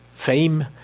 Fame